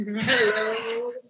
Hello